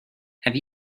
have